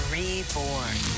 reborn